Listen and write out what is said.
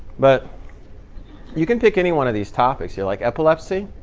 but you can pick any one of these topics. yeah like epilepsy,